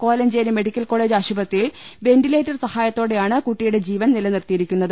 കോല ഞ്ചേരി medical college ആശുപത്രിയിൽ ventilator സഹാ യത്തോടെയാണ് കുട്ടിയുടെ ജീവൻ നിലനിർത്തിയിരിക്കുന്നത്